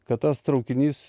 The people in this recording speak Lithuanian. kad tas traukinys